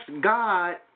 God